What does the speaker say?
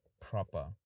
proper